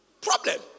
Problem